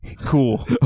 Cool